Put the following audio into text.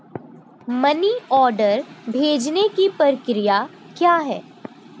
Money order भेजने की प्रक्रिया क्या है?